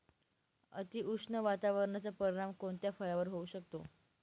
अतिउष्ण वातावरणाचा परिणाम कोणत्या फळावर होऊ शकतो?